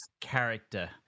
character